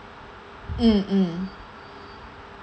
mm mm